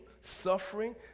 suffering